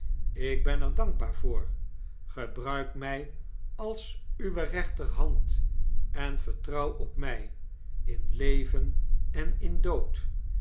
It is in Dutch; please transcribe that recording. ik ben er dankbaar voor gebruik mij als uwe rechterhand en vertrouw op mij in leven en in dood